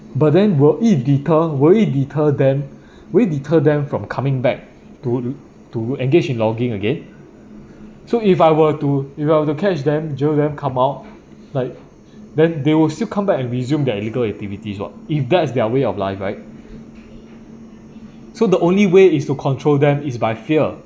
but then will it deter will it deter them will it deter them from coming back to to engage in logging again so if I were to if I were to catch them jail them come out like then they will still come back and resume their legal activities [what] if that's their way of life right so the only way is to control them is by fear